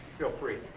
feel free.